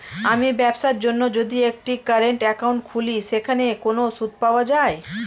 আমি ব্যবসার জন্য যদি একটি কারেন্ট একাউন্ট খুলি সেখানে কোনো সুদ পাওয়া যায়?